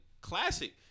Classic